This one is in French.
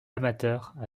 amateurs